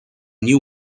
new